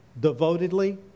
devotedly